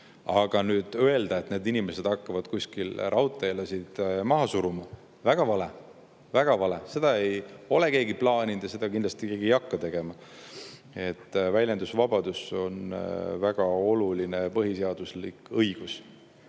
Aga nüüd öelda, et need inimesed hakkavad kuskil raudteelasi maha suruma – väga vale. Väga vale! Seda ei ole keegi plaaninud ja seda kindlasti keegi ei hakka tegema. Väljendusvabadus on väga oluline põhiseaduslik õigus.